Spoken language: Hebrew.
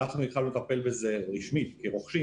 אנחנו התחלנו לטפל בזה רשמית כרוכשים